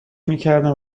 میکردم